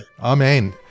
Amen